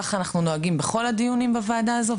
כך אנחנו נוהגים בכל הדיונים בוועדה הזו,